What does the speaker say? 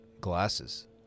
glasses